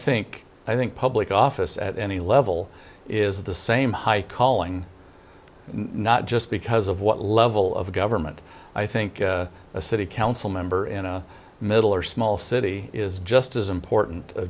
think i think public office at any level is the same high calling not just because of what level of government i think a city council member in a middle or small city is just as important a